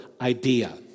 idea